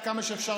עד כמה שאפשר,